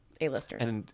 A-listers